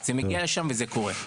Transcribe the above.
זה מגיע לשם וזה קורה.